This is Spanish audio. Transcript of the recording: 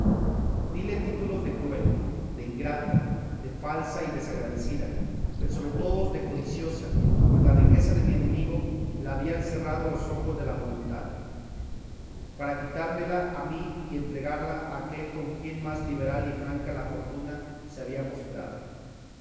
dile títulos de cruel de ingrata de falsa y desagradecida pero sobre todos de codiciosa pues la riqueza de mi enemigo la había cerrado los ojos de la voluntad para quitármela a mí y entregarla a aquél con quien más liberal y franca la fortuna se había mostrado